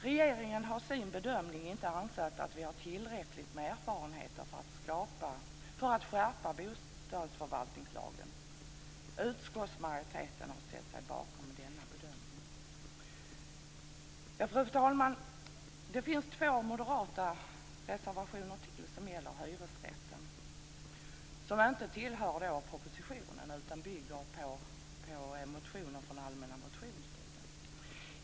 Regeringen har i sin bedömning inte ansett att vi har tillräckligt med erfarenheter för att skärpa bostadsförvaltningslagen. Utskottsmajoriteten har ställt sig bakom denna bedömning. Fru talman! Det finns två moderata reservationer om hyresrätten som inte hänför sig till propositionen utan bygger på motioner från allmänna motionstiden.